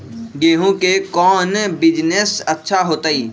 गेंहू के कौन बिजनेस अच्छा होतई?